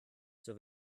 zur